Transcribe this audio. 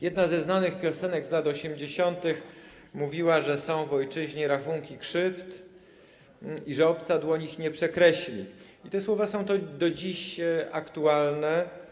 Jedna ze znanych piosenek z lat 80. mówiła o tym, że są w ojczyźnie rachunki krzywd i że obca dłoń ich nie przekreśli, i te słowa są do dziś aktualne.